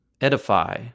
edify